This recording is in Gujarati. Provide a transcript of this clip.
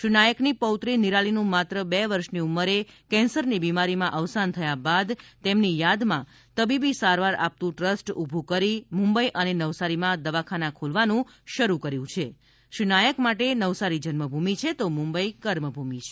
શ્રી નાયકની પૌત્રી નિરાલીનું માત્ર બે વર્ષની ઉંમરે કેન્સરની બીમારીમાં અવસાન થયા બાદ તેમણે તેની યાદમાં તબીબી સારવાર આપતું ટ્રસ્ટ ઉભુ કરી મુંબઈ અને નવસારીમાં દવાખાના ખોલવાનું શરૂ કર્યું છે શ્રી નાયક માટે નવસારી જન્મભૂમિ છે તો મુંબઈ કર્મભૂમિ છે